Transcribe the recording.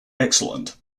excellent